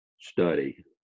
study